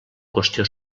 qüestió